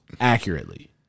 accurately